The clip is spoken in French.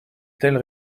telle